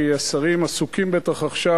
כי השרים בוודאי עסוקים עכשיו,